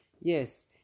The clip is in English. Yes